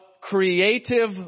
creative